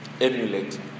emulate